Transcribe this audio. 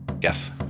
Yes